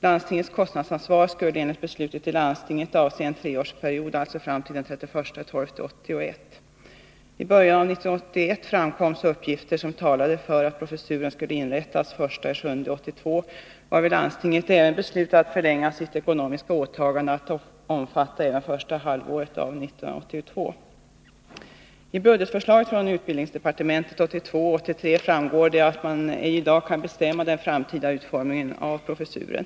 Landstingets kostnadsansvar skulle enligt beslutet i landstinget avse en treårsperiod, alltså fram till den 31 december 1981. I början av 1981 framkom så uppgifter som talade för att professuren skulle inrättas den 1 juli 1982, varvid landstinget beslutade att förlänga sitt ekonomiska åtagande att omfatta även första halvåret 1982. Av budgetförslaget för 1982/83 från utbildningsdepartementet framgår det att man ej i dag kan bestämma den framtida utformningen av professuren.